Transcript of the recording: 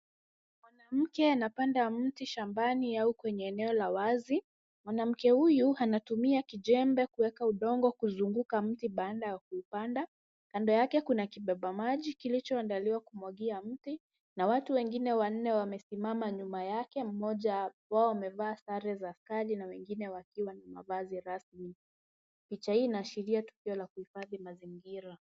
Mwanamke anapanda mti shambani au kwenye eneo la wazi. Mwanamke huyu anatumia kijembe kuweka udongo kuzunguka mti baada ya kuupanda. Kando yake kuna kibeba maji kilichoandaliwa kumwagia mti, na watu wengine wanne wamesimama nyuma yake, mmoja wao amevaa sare za askari na wengine wakiwa ni mavazi rasmi. Picha hii na sheria tukio la kuhifadhi mazingira.